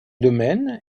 domaine